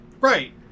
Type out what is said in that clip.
Right